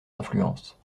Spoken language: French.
influences